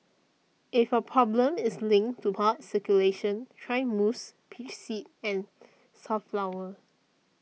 if your problem is linked to blood circulation try musk peach seed and safflower